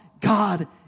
God